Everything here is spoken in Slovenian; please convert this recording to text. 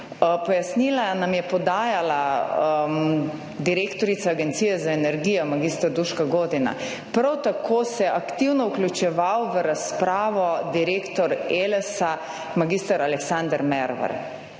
Pojasnila nam je podajala direktorica Agencije za energijo mag. Duška Godina. Prav tako se aktivno vključeval v razpravo direktor Elesa mag. Aleksander Mervar.